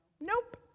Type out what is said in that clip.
Nope